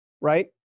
right